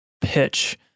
pitch